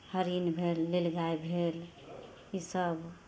हरिन भेल नील गाय भेल इसभ